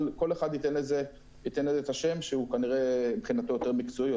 אבל כל אחד ייתן לזה את השם שהוא מבחינתו יותר מקצועי,